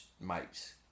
mates